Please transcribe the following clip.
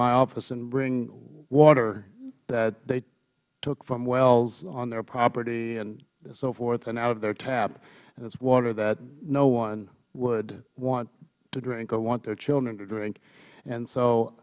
my office and bring water that they took from wells on their property and so forth and out of their tap and it is water that no one would want to drink or want their children to drink and so